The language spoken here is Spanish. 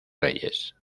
reyes